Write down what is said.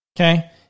okay